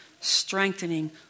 strengthening